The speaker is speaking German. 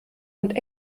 und